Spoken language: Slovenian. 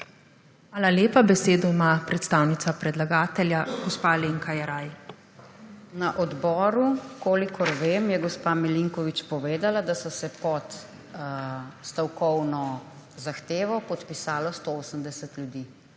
Hvala lepa. Besedo ima predstavnica predlagatelja, gospa Alenka Jeraj. ALENKA JERAJ (PS SDS): Na odboru kolikor vem, je gospa Milinković povedala, da se je pod stavkovno zahtevo podpisalo 180 ljudi.